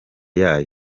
yayo